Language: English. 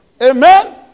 Amen